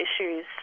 issues